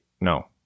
No